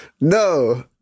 No